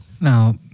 Now